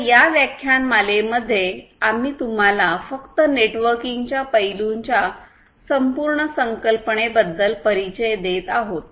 तर या व्याख्यानमालेमध्ये आम्ही तुम्हाला फक्त नेटवर्किंग च्या पैलूंच्या संपूर्ण संकल्पने बद्दल परिचय देत आहोत